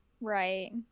right